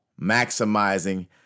maximizing